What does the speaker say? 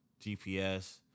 GPS